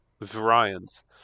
variants